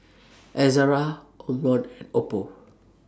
Ezerra Omron and Oppo